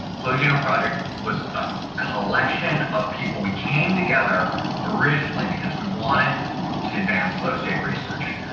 flow genome project was a collection of people. we came together originally because we wanted to advance flow state research.